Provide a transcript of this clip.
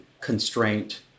constraint